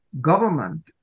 government